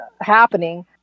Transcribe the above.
happening